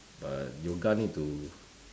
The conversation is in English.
but yoga need to